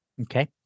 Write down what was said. okay